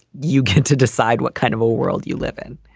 you get to decide what kind of a world you live in.